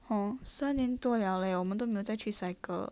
oo 三年多了嘞我们都没有再去 cycle